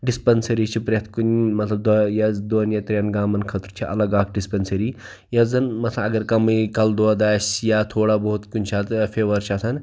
dispensary چھِ پرٛیٚتھ کُنہِ مطلب دۄہ یا دۄن یا ترٛیٚن گامَن خٲطرٕ چھِ الگ اکھ ڈِسپَنسٔری یۄس زَن مثلاً اگر کَمٕے کَلہٕ دوٗد آسہِ یا تھوڑا بہت کُنہِ ساتہٕ فِوَر چھِ آسان